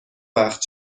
وقت